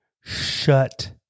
Shut